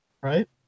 right